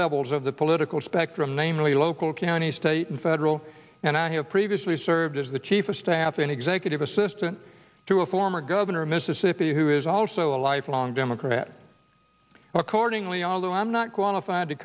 levels of the political aspect namely local county state and federal and i have previously served as the chief of staff and executive assistant to a former governor of mississippi who is also a lifelong democrat accordingly although i'm not qualified to